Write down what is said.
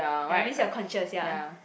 ya means you are conscious ya